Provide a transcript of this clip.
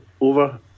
over